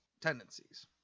tendencies